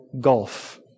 gulf